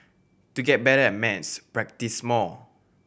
to get better at maths practise more